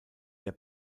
der